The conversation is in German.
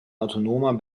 autonomer